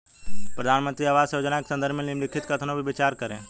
प्रधानमंत्री आवास योजना के संदर्भ में निम्नलिखित कथनों पर विचार करें?